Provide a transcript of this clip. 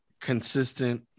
consistent